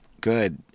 good